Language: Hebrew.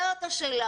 זאת השאלה,